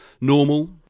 normal